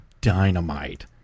dynamite